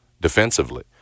defensively